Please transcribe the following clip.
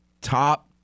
top